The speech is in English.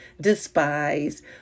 despise